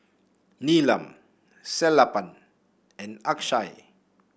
Neelam Sellapan and Akshay